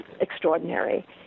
extraordinary